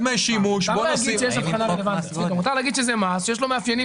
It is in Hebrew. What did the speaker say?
מותר להגיד שזה מס שיש לו מאפיינים